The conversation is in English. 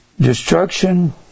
destruction